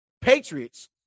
Patriots